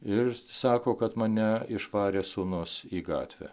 ir sako kad mane išvarė sūnus į gatvę